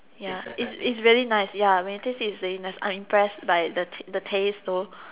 ya it's it's really nice ya when you taste it it's very nice I'm impressed by the the taste though